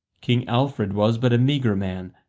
king alfred was but a meagre man,